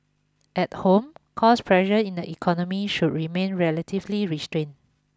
at home cost pressure in the economy should remain relatively restrained